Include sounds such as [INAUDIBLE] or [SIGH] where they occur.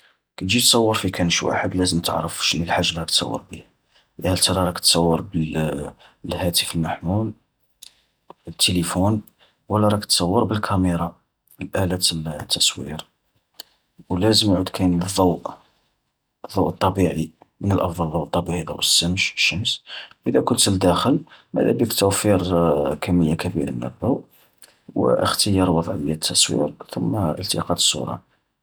كي تجي تصور في كانش واحد لازم تعرف وشني الحاجة اللي راك تصور بيها. يا هل ترى راك تصور بال [HESITATION] بالهاتف المحمول، التيليفون، ولا راك تصور بالكاميرا ألة التصوير. ولازم يعود كاين الضوء، ضوء طبيعي من الأفضل ضوء طبيعي ضوء السمش الشمس. إذا كنت الداخل، ماذابيك توفير [HESITATION] كمية كبيرة من الضوء و اختيار وضعية التصوير ثم التقاط الصورة.